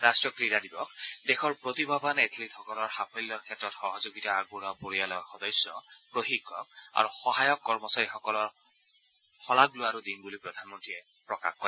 ৰাষ্ট্ৰীয় ক্ৰীড়া দিৱস দেশৰ প্ৰতিভাৱান এথলিটসকলৰ সাফল্যৰ ক্ষেত্ৰত সহযোগিতা আগবঢ়োৱা পৰিয়ালৰ সদস্য প্ৰশিক্ষক আৰু সহায়ক কৰ্মচাৰীসকলৰ শলাগ লোৱাৰো দিন বুলি প্ৰধানমন্ত্ৰীয়ে প্ৰকাশ কৰে